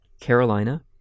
Carolina